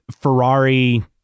Ferrari